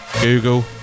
Google